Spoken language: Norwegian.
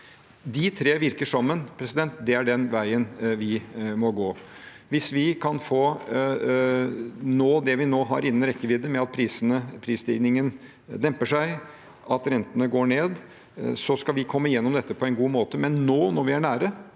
De tre virker sammen. Det er den veien vi må gå. Hvis vi kan nå det vi nå har innen rekkevidde, at prisstigningen demper seg, og at rentene går ned, skal vi komme gjennom dette på en god måte. Men nå, når vi er nær,